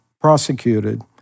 prosecuted